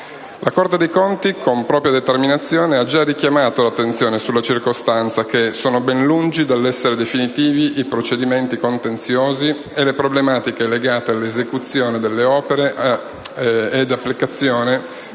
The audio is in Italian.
La Corte dei conti, con propria determinazione, ha già richiamato l'attenzione sulla circostanza che sono ben lungi dall'essere definitivi i procedimenti contenziosi e le problematiche legate all'esecuzione delle opere e all'applicazione